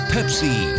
Pepsi